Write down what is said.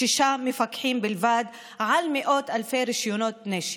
שישה מפקחים בלבד על מאות אלפי רישיונות נשק.